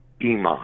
iman